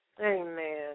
Amen